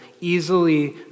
easily